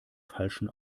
falschen